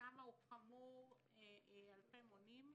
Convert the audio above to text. שם הוא חמור אלפי מונים,